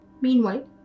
Meanwhile